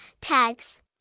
tags